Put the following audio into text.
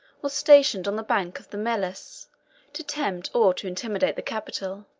was stationed on the banks of the melas to tempt or to intimidate the capital